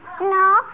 No